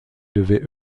devaient